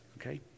okay